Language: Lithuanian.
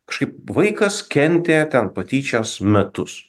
kažkaip vaikas kentė ten patyčias metus